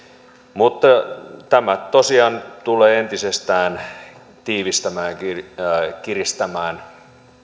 mutta tämä tosiaan tulee entisestään tiivistämään kiristämään